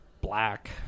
black